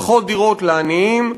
פחות דירות לעניים,